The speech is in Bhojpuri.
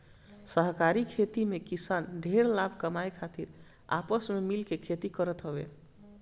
सहकारी खेती में किसान ढेर लाभ कमाए खातिर आपस में मिल के खेती करत हवे